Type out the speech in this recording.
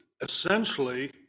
essentially